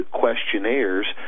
questionnaires